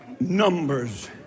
Numbers